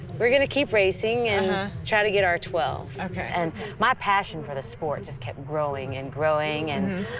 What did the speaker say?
we're gonna keep racing and ah try to get our twelve. okay. and my passion for this sport just kept growing and growing, and.